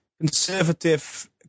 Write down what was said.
conservative